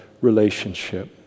relationship